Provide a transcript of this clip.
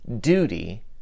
duty